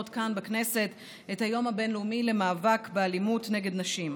כאן בכנסת את היום הבין-לאומי למאבק באלימות נגד נשים.